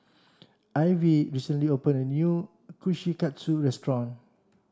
Ivey recently opened a new Kushikatsu restaurant